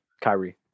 Kyrie